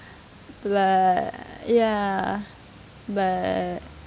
like ya but